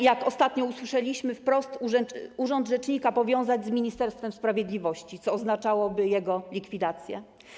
Jak ostatnio usłyszeliśmy wprost, jest pomysł, by urząd rzecznika powiązać z Ministerstwem Sprawiedliwości, co oznaczałoby jego likwidację.